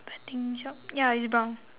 wedding shop ya it's brown